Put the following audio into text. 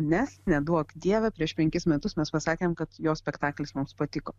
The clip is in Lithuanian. nes neduok dieve prieš penkis metus mes pasakėm kad jo spektaklis mums patiko